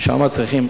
שמה שצריכים,